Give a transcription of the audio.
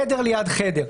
חדר ליד חדר,